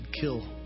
kill